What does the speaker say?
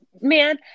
Man